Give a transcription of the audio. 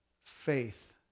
faith